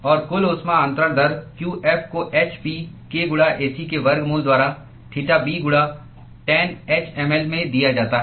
और कुल ऊष्मा अंतरण दर qf को h p k गुणा Ac के वर्गमूल द्वारा थीटा b गुणा टैनh mL में दिया जाता है